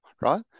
right